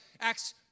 Acts